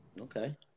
Okay